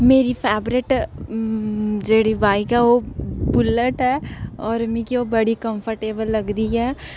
मेरी फेवरेट जेह्ड़ी बाईक ऐ ओह् होर बुलेट ऐ ते मिगी ओह् बड़ी कंफर्टेबल लगदी ऐ